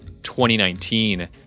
2019